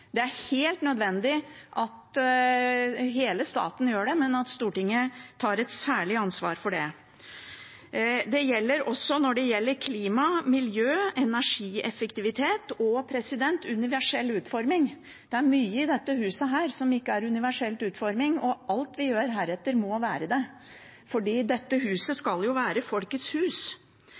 Det er helt nødvendig at hele staten gjør det, men Stortinget må ta et særlig ansvar for det. Det gjelder også med hensyn til klima, miljø, energieffektivitet og universell utforming. Det er mye i dette huset som ikke er universelt utformet, og alt vi gjør heretter, må være det, for dette huset skal jo være folkets hus.